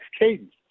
cadence